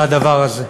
זה הדבר הזה.